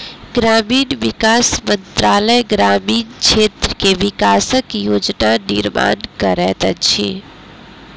ग्रामीण विकास मंत्रालय ग्रामीण क्षेत्र के विकासक योजना निर्माण करैत अछि